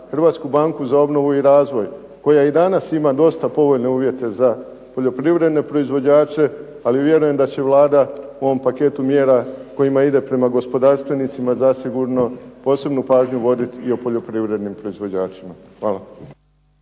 Hrvatsku banku za obnovu i razvoj koja i danas ima dosta povoljne uvjete za poljoprivredne proizvođače, ali vjerujem da će Vlada u ovom paketu mjera kojima ide prema gospodarstvenicima zasigurno posebnu pažnju voditi i o poljoprivrednim proizvođačima. Hvala.